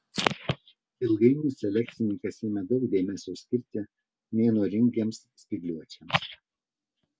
ilgainiui selekcininkas ėmė daug dėmesio skirti neįnoringiems spygliuočiams